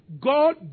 God